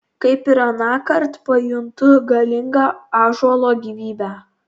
kaip ir anąkart pajuntu galingą ąžuolo gyvybę